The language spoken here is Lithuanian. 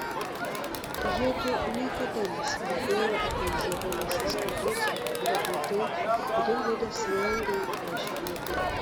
jiedu niekada nesikalbėjo apie izabelės eskizus ir apie tai kodėl liudas vengia į juos žiūrėti